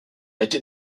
été